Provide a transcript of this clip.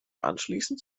anschließend